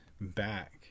back